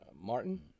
Martin